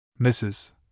Mrs